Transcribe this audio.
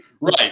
Right